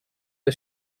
the